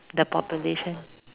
the population